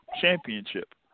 championship